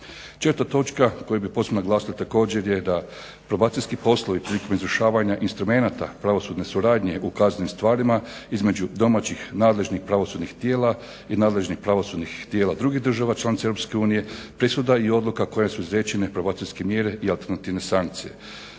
Četvrta točka koju bi posebno naglasili također je da probacijski poslovi prilikom izvršavanja instrumenata pravosudne suradnje u kaznenim stvarima između domaćih nadležnih pravosudnih tijela i nadležnih pravosudnih tijela drugih država članica EU presuda i odluke koje su izrečene probacijske mjere i alternativne sankcije.